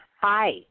Hi